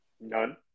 none